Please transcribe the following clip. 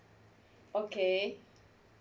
okay